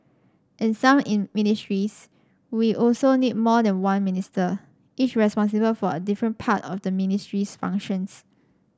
in some in ministries we also need more than one minister each responsible for a different part of the ministry's functions